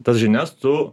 tas žinias tu